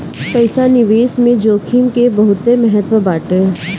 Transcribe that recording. पईसा निवेश में जोखिम के बहुते महत्व बाटे